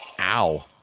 Ow